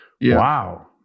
Wow